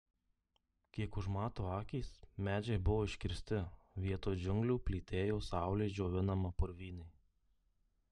kiek užmato akys medžiai buvo iškirsti vietoj džiunglių plytėjo saulės džiovinama purvynė